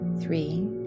three